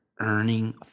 Earning